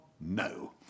No